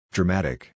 Dramatic